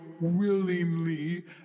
willingly